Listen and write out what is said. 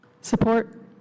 Support